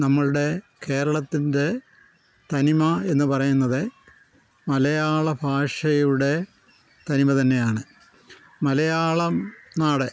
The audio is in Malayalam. നമ്മളുടെ കേരളത്തിൻ്റെ തനിമ എന്ന് പറയുന്നത് മലയാള ഭാഷയുടെ തനിമ തന്നെയാണ് മലയാളം നാട്